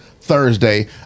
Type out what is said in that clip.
Thursday